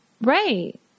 Right